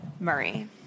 Murray